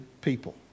people